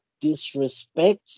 disrespect